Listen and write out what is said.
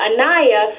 Anaya